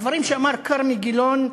הדברים שאמר כרמי גילון,